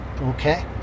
okay